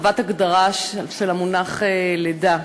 הרחבת ההגדרה של המונח לידה.